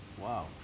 wow